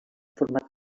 format